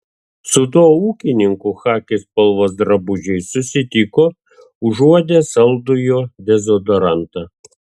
su tuo ūkininku chaki spalvos drabužiais susitiko užuodė saldų jo dezodorantą